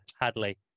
Hadley